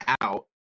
out